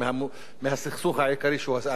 העניין הישראלי-פלסטיני,